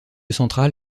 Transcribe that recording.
central